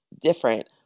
different